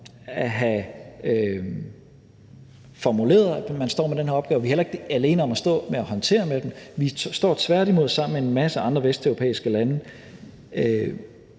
at have formuleret, at man står med den her opgave, og vi er heller ikke alene om at skulle håndtere den. Vi står tværtimod sammen med en masse andre vesteuropæiske lande